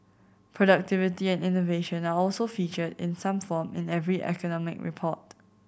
productivity and innovation are also featured in some form in every economic report